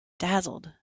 dazzled